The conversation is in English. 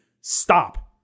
Stop